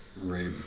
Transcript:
Right